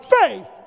faith